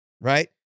right